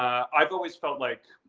i've always felt like